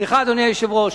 אדוני היושב-ראש,